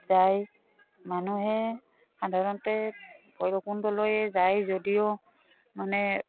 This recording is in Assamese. যায় মানুহে সাধাৰণতে ভৈৰৱকুণ্ডলৈয়ো যায় যদিও মানে